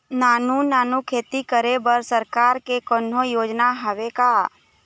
नानू नानू खेती करे बर सरकार के कोन्हो योजना हावे का?